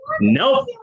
Nope